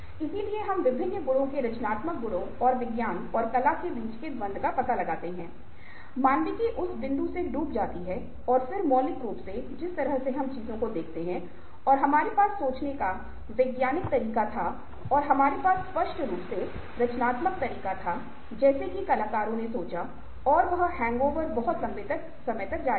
इसलिए हम विभिन्न गुणों के रचनात्मक गुणों और विज्ञान और कला के बीच के द्वंद्व का पता लगाते हैं मानविकी उस बिंदु से डूब जाती है और फिर मौलिक रूप से जिस तरह से हम चीजों को देखते हैं और हमारे पास सोचने का वैज्ञानिक तरीका था और हमारे पास स्पष्ट रूप से रचनात्मक तरीका था जैसे की कलाकारों ने सोचा और वह हैंगओवर बहुत लंबे समय तक जारी है